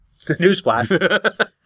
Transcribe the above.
Newsflash